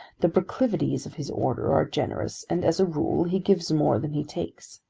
the proclivities of his order are generous, and as a rule he gives more than he takes.